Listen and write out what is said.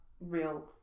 real